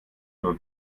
nur